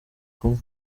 kumwe